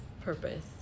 purpose